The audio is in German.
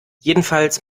jedenfalls